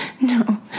no